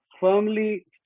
firmly